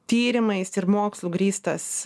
tyrimais ir mokslu grįstas